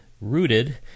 rooted